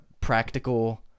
practical